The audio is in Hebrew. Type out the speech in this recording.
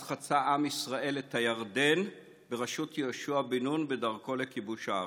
אז חצה עם ישראל את הירדן בראשות יהושע בן נון בדרכו לכיבוש הארץ.